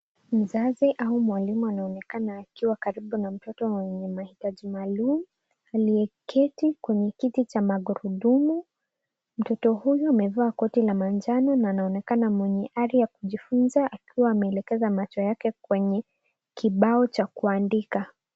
Mzazi au mwalimua naonekana akiwa karibu na mtoto mwenye mahitaji maalum aliyeket kwenye kiti cha magurudumu. Mtoto huyu amevaa koti la manjano na anaonekana mwenye ari ya kujifunza akiwa ameelekeza macho yake kwenye kibao cha kuandika.